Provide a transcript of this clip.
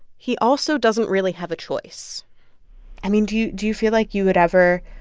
he also doesn't really have a choice i mean, do you do you feel like you would ever